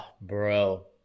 bro